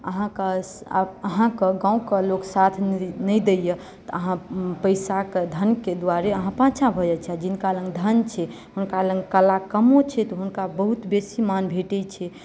अहाँके अहाँके गाँवके लोक साथ नहि दैया तऽ अहाँ पैसाके धनके दुआरे अहाँ पाछा भऽ जाइत छी आ जिनका लग धन छै हुनका लग कला कम्मो छै तऽ हुनका बहुत बेसी मान भेटै छै